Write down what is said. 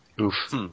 Oof